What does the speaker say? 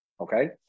Okay